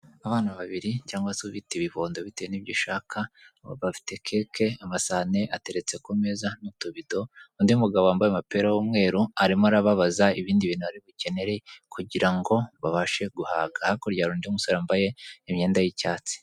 Abana babiri cyangwa se ubite ibibondo bitewe n'ibyo shaka, bafite keke amasahane ateretse ku meza n'utubido, undi mugabo wambaye umupira w'umweru arimo arababaza ibindi bintu bari bukenere kugira ngo babashe guhaga. Hakurya harundi musore wambaye imyenda y'icyatsi.